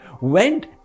went